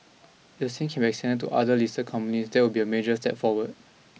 the same can be extended to other listed companies that would be a major step forward